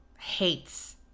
hates